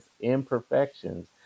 imperfections